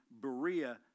Berea